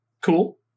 Cool